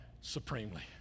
supremely